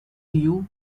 you